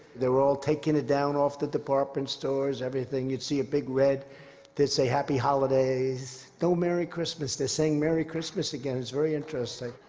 they were all taking it down off the department stores, everything. you'd see a big red they'd say, happy holidays, no merry christmas. they're saying merry christmas again. it's very interesting.